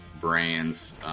brands